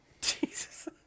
jesus